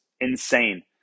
insane